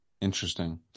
interesting